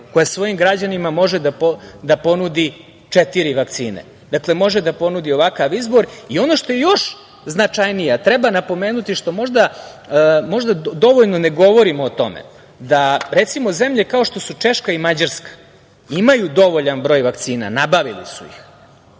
koja svojim građanima može da ponudi četiri vakcine, može da ponudi ovakav izborOno što je još značajnije, treba napomenuti što možda dovoljno ne govorimo o tome da recimo zemlje kao što su Češka i Mađarska imaju dovoljan broj vakcina, nabavili su ih,